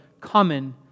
common